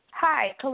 Hi